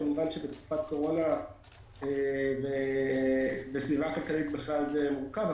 כמובן שבתקופת קורונה ובסביבה כלכלית בכלל זה מורכב.